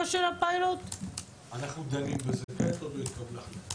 התוכנית נכון לעכשיו, 20 יחידות,